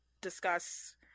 discuss